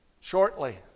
shortly